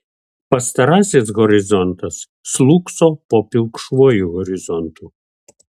pastarasis horizontas slūgso po pilkšvuoju horizontu